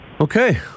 Okay